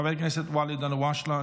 חבר הכנסת ואליד אלהואשלה,